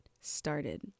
started